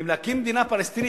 אם להקים מדינה פלסטינית,